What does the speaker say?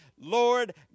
Lord